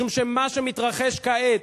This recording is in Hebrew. משום שמה שמתרחש כעת,